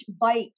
bite